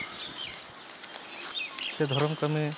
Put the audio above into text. ᱥᱮ ᱫᱷᱚᱨᱚᱢ ᱠᱟᱹᱢᱤ